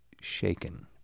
shaken